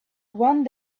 one